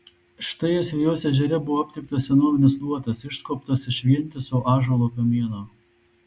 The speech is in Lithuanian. štai asvejos ežere buvo aptiktas senovinis luotas išskobtas iš vientiso ąžuolo kamieno